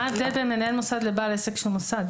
מה ההבדל בין מנהל מוסד לבעל עסק שהוא מוסד?